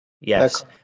yes